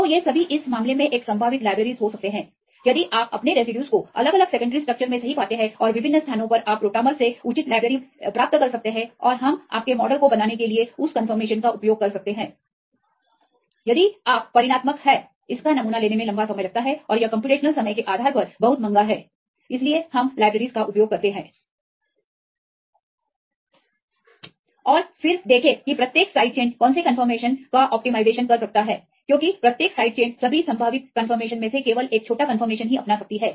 तो ये सभी इस मामले में एक संभावित लाइब्रेरीज हो सकते हैं यदि आप अपने रेसिड्यूज को अलग अलग सेकेंडरी स्ट्रक्चरस में सही पाते हैं और विभिन्न स्थानों पर आप रोटामर्स से उचित लाइब्रेरीज प्राप्त कर सकते हैं और हम आपके मॉडल को बनाने के लिए उस कंफर्मेशन का उपयोग कर सकते हैं यदि आप परिणामात्मक हैं इसका नमूना लेने में लंबा समय लगता है और यह कम्प्यूटेशनल समय के आधार पर बहुत महंगा है इसलिए हम लाइब्रेरीज का उपयोग करते हैं और फिर देखें कि प्रत्येक साइड चेन कौन से कंफर्मेशन का अनुकूलन कर सकता है क्योंकि प्रत्येक साइड चेन सभी संभावित कंफर्मेशनसमे से केवल एक छोटा कंफर्मेशन ही अपना सकती है